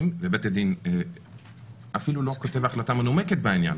ובית הדין אפילו לא כותב החלטה מנומקת בעניין,